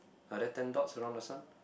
are there ten dots around the sun